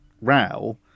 row